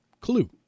Clue